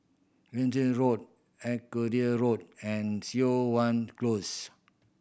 Road Arcadia Road and Siok Wan Close